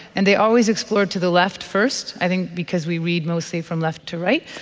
and they always explore to the left first, i think because we read mostly from left to right.